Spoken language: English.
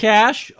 Cash